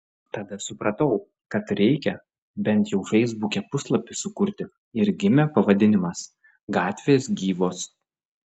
tada supratau kad reikia bent jau feisbuke puslapį sukurti ir gimė pavadinimas gatvės gyvos